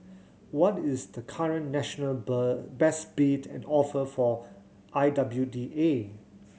what is the current national best bid and offer for I W D A